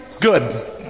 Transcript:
Good